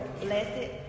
blessed